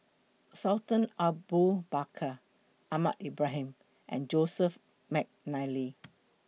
Sultan Abu Bakar Ahmad Ibrahim and Joseph Mcnally